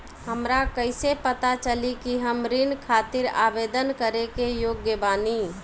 हमरा कईसे पता चली कि हम ऋण खातिर आवेदन करे के योग्य बानी?